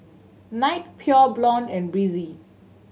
Knight Pure Blonde and Breezer